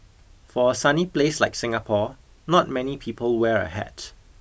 for a sunny place like Singapore not many people wear a hat